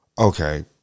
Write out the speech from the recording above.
Okay